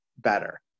better